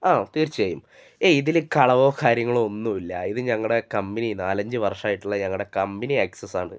ആ തീർച്ചയായും ഏയ് ഇതിൽ കളവോ കാര്യങ്ങളോ ഒന്നുമില്ല ഇത് ഞങ്ങളുടെ കമ്പനി നാലഞ്ച് വർഷമായിട്ടുള്ള ഞങ്ങളുടെ കമ്പനി ആക്സസാണ്